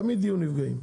תמיד יהיו נפגעים,